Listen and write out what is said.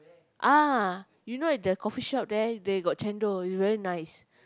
ah you know at the coffeeshop there they got chendol is very nice